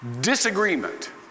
disagreement